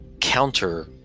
counter